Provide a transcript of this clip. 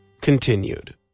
continued